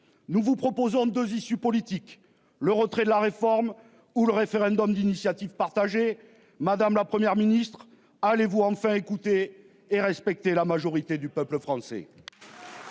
Nous vous proposons 2 issue politique. Le retrait de la réforme ou le référendum d'initiative partagée. Madame, la Première ministre allez-vous enfin écouté et respecté la majorité du peuple français.